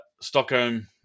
Stockholm